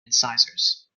incisors